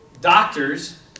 doctors